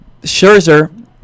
Scherzer